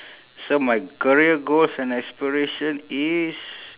so my career goals and aspiration is